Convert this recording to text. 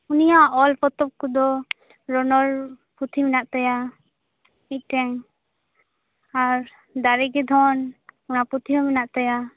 ᱩᱱᱤᱭᱟᱜ ᱚᱞ ᱯᱚᱛᱚᱵ ᱠᱚᱫᱚ ᱨᱚᱱᱚᱲ ᱯᱩᱛᱷᱤ ᱢᱮᱱᱟᱜ ᱛᱟᱭᱟ ᱢᱤᱫᱴᱮᱱ ᱟᱨ ᱫᱟᱲᱮᱜᱮ ᱫᱷᱚᱱ ᱚᱱᱟ ᱯᱩᱛᱷᱤ ᱦᱚᱸ ᱢᱮᱱᱟᱜ ᱛᱟᱭᱟ